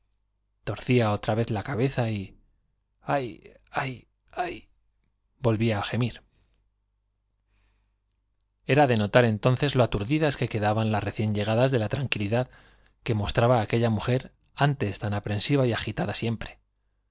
torcía otra vez la cabeza antes ella había escogido ay volvía á gemir y ay ay era de notar entonces lo aturdidas que quedaban las recién llegadas de la tranquilidad que mostraba aquella mujer antes tan aprensiva y agitada siempre